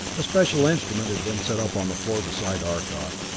a special instrument had been set up on the floor beside arcot,